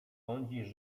sądzisz